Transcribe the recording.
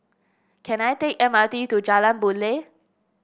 can I take M R T to Jalan Boon Lay